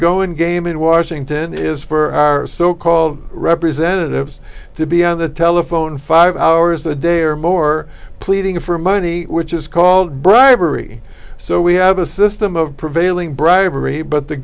go in game in washington is for so called representatives to be on the telephone five hours a day or more pleading for money which is called bribery so we have a system of prevailing bribery but the